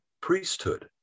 priesthood